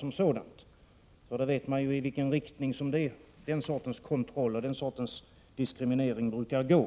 Man vet i vilken riktning den sortens kontroll och diskriminering brukar gå.